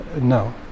no